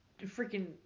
Freaking